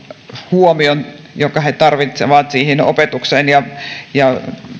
huomio jonka he tarvitsevat siihen opetukseen ja ja